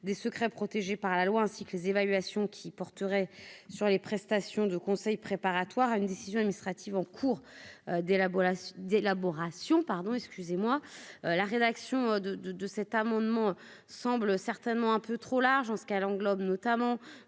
des secrets protégés par la loi, ainsi que les évaluations qui porterait sur les prestations de conseil préparatoire à une décision administrative en cours d'élaboration d'élaboration, pardon, excusez-moi, la rédaction de de de cet amendement semble certainement un peu trop large en ce qu'elle englobe notamment